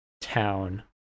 town